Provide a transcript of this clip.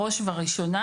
בראש ובראשונה,